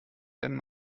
werden